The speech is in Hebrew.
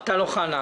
טל אוחנה,